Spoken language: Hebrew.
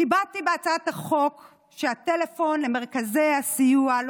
קיבעתי בהצעת החוק שהטלפון למרכזי הסיוע לא